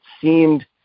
seemed